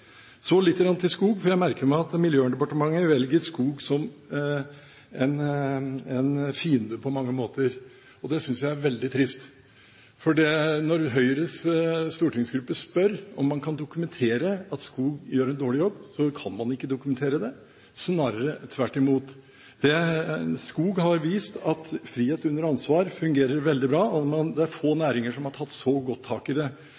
Så litt til skog. Jeg merker meg at Miljøverndepartementet velger skog som en fiende på mange måter, og det synes jeg er veldig trist. Når Høyres stortingsgruppe spør om man kan dokumentere at skognæringen gjør en dårlig jobb, kan man ikke det, snarere tvert imot. Skognæringen har vist at frihet under ansvar fungerer veldig bra, og det er få næringer som har tatt så godt tak i det.